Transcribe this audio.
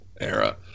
era